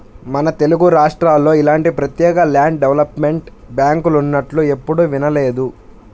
మన తెలుగురాష్ట్రాల్లో ఇలాంటి ప్రత్యేక ల్యాండ్ డెవలప్మెంట్ బ్యాంకులున్నట్లు ఎప్పుడూ వినలేదు